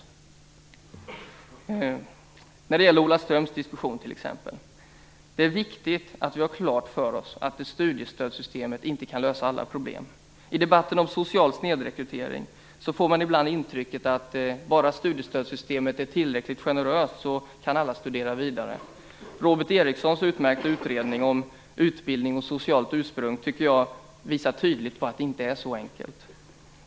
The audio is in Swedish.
När det för det första gäller Ola Ströms diskussion är det viktigt att ha klart för sig att studiestödssystemet inte kan lösa alla problem. I debatten om social snedrekrytering får man ibland intrycket att bara studiestödssystemet är tillräckligt generöst kan alla studera vidare. Jag tycker att Robert Erikssons utmärkta utredning om utbildning och socialt ursprung tydligt visar att det inte är så enkelt.